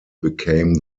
became